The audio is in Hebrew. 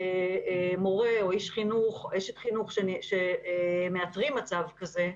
מורה או איש חינוך או אשת חינוך שמאתרת מצב כזה,